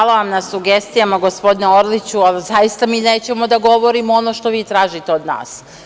Hvala vam na sugestijama, gospodine Orliću, ali zaista mi nećemo da govorimo ono što vi tražite od nas.